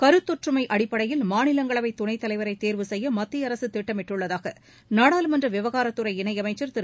கருத்தொற்றுமை அடிப்படையில் மாநிலங்களவை துணைத் தலைவரை தேர்வு செய்ய மத்திய அரசு திட்டமிட்டுள்ளதாக நாடாளுமன்ற விவகாரத் துறை இணையமைச்சர் திரு